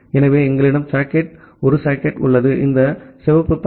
ஆகவே எங்களிடம் சாக்கெட் ஒரு சாக்கெட் உள்ளது இந்த சிவப்பு சாக்கெட் 202